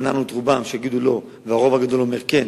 מנענו מרובם לומר "לא" והרוב הגדול אומר "כן"